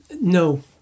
No